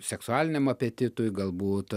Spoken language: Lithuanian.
seksualiniam apetitui galbūt